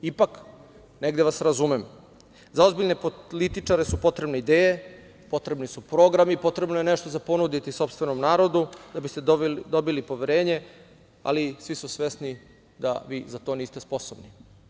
Ipak, negde vas razumem, za ozbiljne političare su potrebne ideje, potrebni su programi, potrebno je nešto za ponuditi sopstvenom narodu da biste dobili poverenje, ali svi su svesni da vi za to niste sposobni.